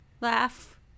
laugh